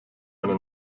eine